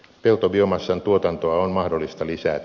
peltobiomassan tuotantoa on mahdollista lisätä